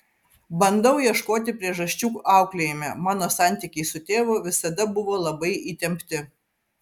bandau ieškoti priežasčių auklėjime mano santykiai su tėvu visada buvo labai įtempti